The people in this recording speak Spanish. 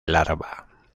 larva